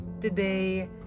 today